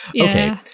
Okay